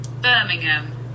Birmingham